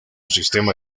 sistema